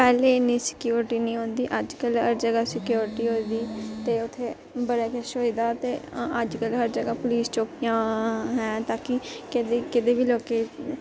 पैह्ले इन्नी सिक्योरिटी नी होंदी अज्जकल हर जगह् सिक्योरिटी होई दी ते उत्थै बड़ा किश होई दा ते अज्ज्कल हर जगह् पुलिस चौकियां हैन तां कि कदें बी लोकें